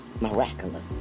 miraculous